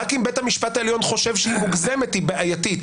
רק אם בית המשפט העליון חושב שהיא מוגזמת היא בעייתית.